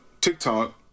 TikTok